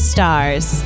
Stars